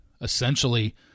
essentially